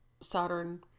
Saturn